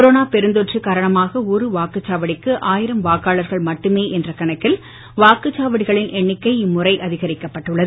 corona பெருந்தொற்று காரணமாக ஒரு வாக்குச் சாவடிக்கு ஆயிரம் வாக்காளர்கள் மட்டுமே என்ற கணக்கில் வாக்குச் சாவடிகளின் எண்ணிக்கை இம்முறை அதிகரிக்கப்பட்டுள்ளது